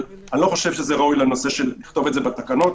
אבל אני לא חושב שראוי לכתוב את זה בתקנות.